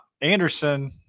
Anderson